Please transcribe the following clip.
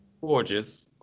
Gorgeous